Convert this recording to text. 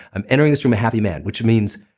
i'm entering this room a happy man, which means,